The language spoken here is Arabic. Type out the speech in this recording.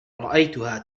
رأيتها